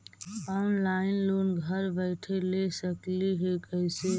Online loan घर बैठे ले सकली हे, कैसे?